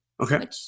Okay